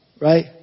right